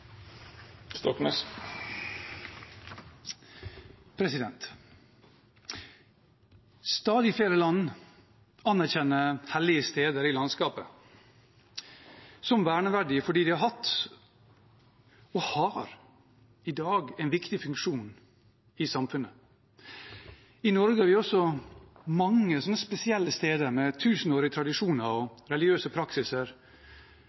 Stadig flere land anerkjenner hellige steder i landskapet som verneverdige fordi de har hatt, og har i dag, en viktig funksjon i samfunnet. I Norge har vi mange spesielle steder med tusenårige tradisjoner